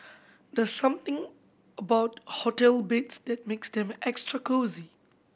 the something about hotel beds that makes them extra cosy